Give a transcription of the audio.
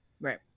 Right